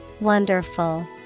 Wonderful